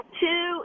two